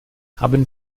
haben